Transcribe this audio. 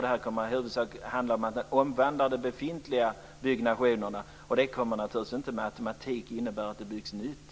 Det kommer i huvudsak att handla om att omvandla befintlig byggnation. Det kommer inte med automatik att innebära att det byggs nytt.